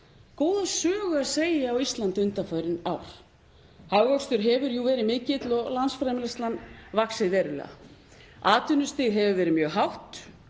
góða sögu að segja á Íslandi undanfarin ár. Hagvöxtur hefur jú verið mikill, landsframleiðslan vaxið verulega. Atvinnustig hefur verið mjög hátt